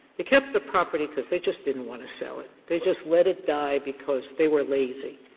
they kept the property because they just didn't want to sell it. they just let it die because they were lazy.